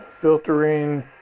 filtering